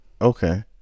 Okay